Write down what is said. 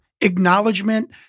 acknowledgement